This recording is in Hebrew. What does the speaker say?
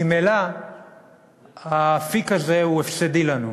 ממילא האפיק הזה הוא הפסדי לנו,